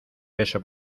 beso